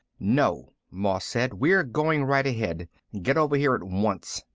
no, moss said. we're going right ahead. get over here once.